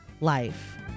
life